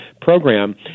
program